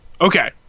Okay